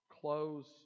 close